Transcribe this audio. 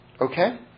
Okay